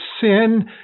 sin